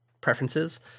preferences